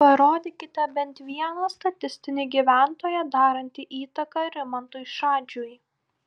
parodykite bent vieną statistinį gyventoją darantį įtaką rimantui šadžiui